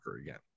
again